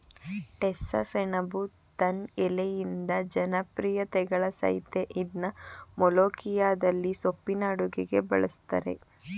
ಟೋಸ್ಸಸೆಣಬು ತನ್ ಎಲೆಯಿಂದ ಜನಪ್ರಿಯತೆಗಳಸಯ್ತೇ ಇದ್ನ ಮೊಲೋಖಿಯದಲ್ಲಿ ಸೊಪ್ಪಿನ ಅಡುಗೆಗೆ ಬಳುಸ್ತರೆ